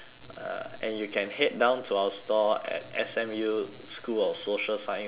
and you can head down to our store at S_M_U school of social science building